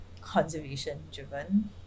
conservation-driven